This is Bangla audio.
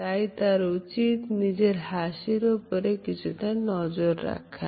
তাই তার উচিত নিজের হাসির উপরে কিছুটা নজর রাখা